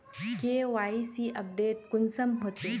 KYC update कुंसम होचे?